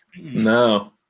No